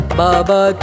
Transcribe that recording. baba